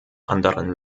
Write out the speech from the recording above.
anderen